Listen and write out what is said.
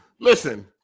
listen